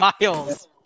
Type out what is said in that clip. Miles